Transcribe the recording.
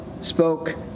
spoke